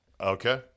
Okay